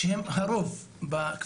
שהם הרוב.